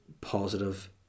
positive